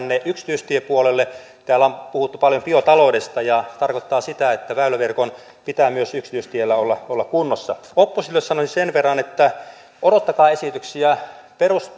myös yksityistiepuolelle täällä on puhuttu paljon biotaloudesta ja se tarkoittaa sitä että väyläverkon pitää myös yksityistiellä olla olla kunnossa oppositiolle sanoisin sen verran että odottakaa esityksiä